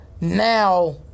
Now